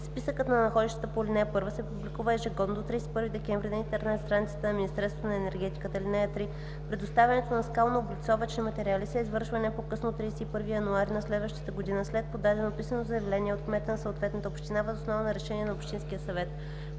Списък на находищата по ал. 1 се публикува ежегодно до 31 декември на интернет страницата на Министерството на енергетиката. (3) Предоставянето на скалнооблицовъчните материали се извършва не по-късно от 31 януари на следващата година след подадено писмено заявление от кмета на съответната община въз основа на решение на Общинския съвет.